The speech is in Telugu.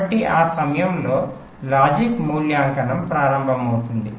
కాబట్టి ఆ సమయంలో లాజిక్ మూల్యాంకనం ప్రారంభమవుతుంది